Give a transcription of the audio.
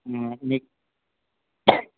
ఆ మీకు